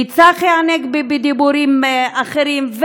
מצחי הנגבי בדיבורים אחרים,